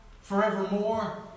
Forevermore